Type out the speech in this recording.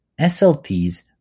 SLTs